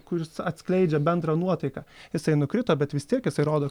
kuris atskleidžia bendrą nuotaiką jisai nukrito bet vis tiek jisai rodo